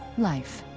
life.